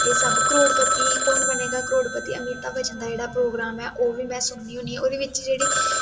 एह् सब करोड़पति कौन बनेगा करोड़पति अमिता बच्चन दा जेह्ड़ा प्रोग्राम में ओह् बी सुननी होन्नी ऐं ओह्दे बिच्च जेह्ड़ी